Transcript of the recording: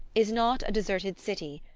is not a deserted city.